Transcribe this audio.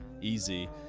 easy